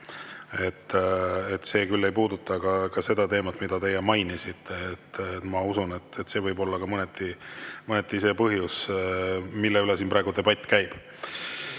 See küll ei puuduta seda teemat, mida teie mainisite. Ma usun, et see võib olla ka mõneti see põhjus, miks siin praegu debatt käib.